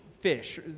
fish